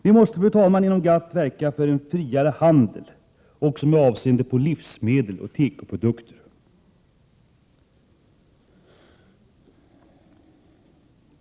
Vi måste, fru talman, inom GATT verka för en friare handel också med avseende på livsmedel och tekoprodukter.